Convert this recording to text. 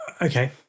Okay